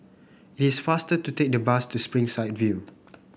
it is faster to take the bus to Springside View